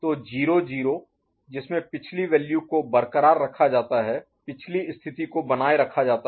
तो 0 0 जिसमे पिछली वैल्यू को को बरकरार रखा जाता है पिछली स्थिति स्टेट को बनाए रखा जाता है